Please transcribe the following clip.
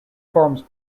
forms